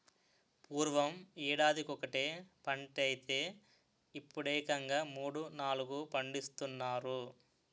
పూర్వం యేడాదికొకటే పంటైతే యిప్పుడేకంగా మూడూ, నాలుగూ పండిస్తున్నారు